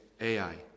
Ai